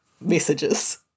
messages